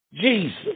Jesus